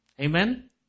Amen